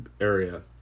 area